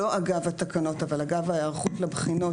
לא אגב התקנות אבל אגב ההיערכות לבחינות,